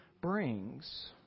brings